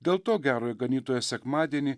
dėl to gerojo ganytojo sekmadienį